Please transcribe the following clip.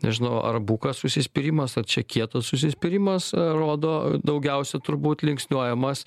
nežinau ar bukas užsispyrimas ar čia kietas užsispyrimas rodo daugiausia turbūt linksniuojamas